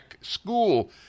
School